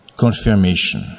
Confirmation